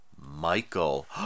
Michael